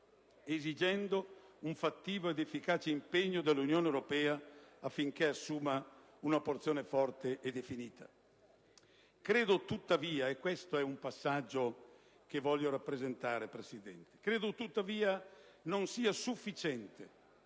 esigendo un fattivo ed efficace impegno dell'Unione europea affinché assuma una posizione forte e definita. Credo tuttavia - e questo